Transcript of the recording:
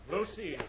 Lucy